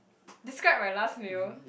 describe my last meal